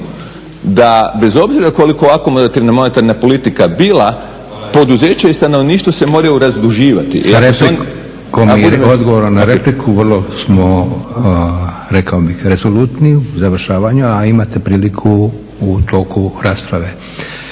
da bez obzira koliko akomodativna monetarna bila poduzeće i stanovništvo se moraju razduživati. **Leko, Josip (SDP)** Sa replikom i odgovorom na repliku vrlo smo rekao bih rezolutni u završavanju, a imate priliku u toku rasprave.